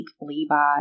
Levi